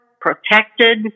protected